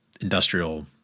industrial